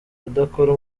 udakora